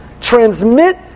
transmit